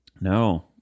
No